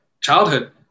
childhood